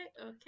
okay